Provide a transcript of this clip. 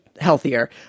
healthier